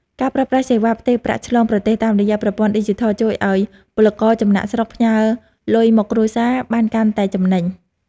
ការប្រើប្រាស់សេវាផ្ទេរប្រាក់ឆ្លងប្រទេសតាមរយៈប្រព័ន្ធឌីជីថលជួយឱ្យពលករចំណាកស្រុកផ្ញើលុយមកគ្រួសារបានកាន់តែចំណេញ។